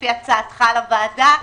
לפי הצעתך לוועדה.